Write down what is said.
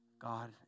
God